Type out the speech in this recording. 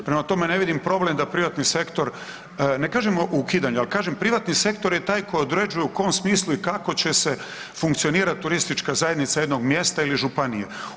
Prema tome ne vidim problem da privatni sektor, ne kaže o ukidanju, ali kažem privatni sektor koji određuje u kom smislu i kako će se funkcionirati turistička zajednica jednog mjesta ili županije.